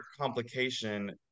complication